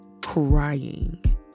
crying